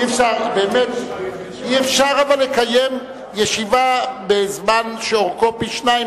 אי-אפשר לקיים ישיבה בזמן שאורכו פי-שניים